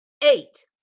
eight